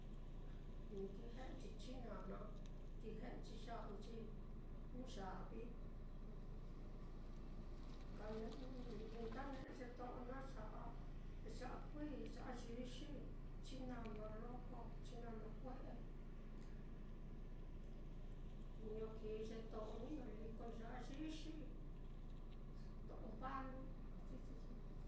Ni ki chi ckinana, ki chi ya'anchi nuu ya'vi, ka m nda ne'e ye to'o naá ya'a, ya'a kuií, ya'a yixi, chinana loko, chinana kue'e, niño ki ye to'o niño likoi ya'a yixi, ye to'o mbalu.